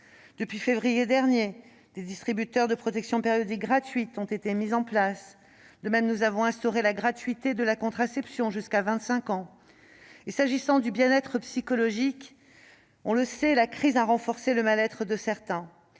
Depuis février dernier, des distributeurs de protections périodiques gratuites ont été mis en place. De même, nous avons instauré la gratuité de la contraception jusqu'à 25 ans. S'agissant du bien être psychologique, nous savons que la crise a renforcé le mal-être de certains,